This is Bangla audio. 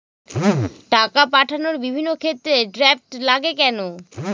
টাকা পাঠানোর বিভিন্ন ক্ষেত্রে ড্রাফট লাগে কেন?